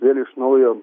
vėl iš naujo